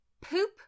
poop